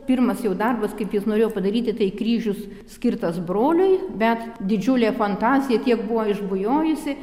pirmas jo darbas kaip jis norėjo padaryti tai kryžius skirtas broliui bet didžiulė fantazija tiek buvo išbujojusi